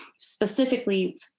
specifically